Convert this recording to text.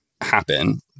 happen